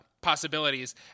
possibilities